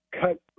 cut